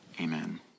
Amen